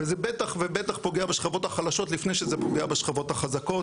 וזה בטח ובטח פוגע בשכבות החלשות לפני שזה פוגע בשכבות החזקות,